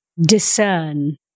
discern